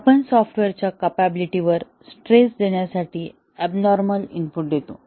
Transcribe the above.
येथे आपण सॉफ्टवेअरच्या कॅपॅबीलटी वर स्ट्रेस देण्यासाठी ऍबनॉर्मल इनपुट देतो